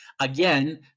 Again